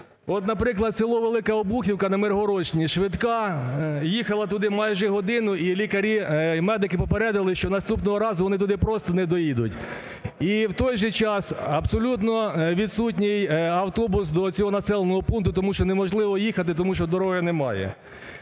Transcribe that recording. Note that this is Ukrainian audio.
От, наприклад, село Велика Обухівка на Миргородщині. "Швидка" їхала туди майже годину, і лікарі, і медики попередили, що наступного разу вони туди просто не доїдуть. І в той же час абсолютно відсутній автобус до цього населеного пункту, тому що неможливо їхати, тому що дороги немає.